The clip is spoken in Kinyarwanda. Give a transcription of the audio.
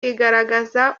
igaragaza